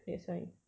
that's why